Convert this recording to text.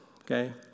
okay